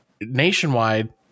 Nationwide